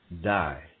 die